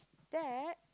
that